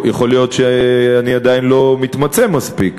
יכול להיות שאני עדיין לא מתמצא מספיק,